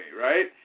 right